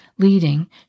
Leading